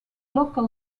local